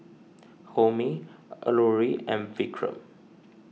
Homi Alluri and Vikram